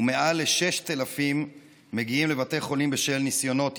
ומעל ל-6,000 מגיעים לבתי החולים בשל ניסיונות התאבדות.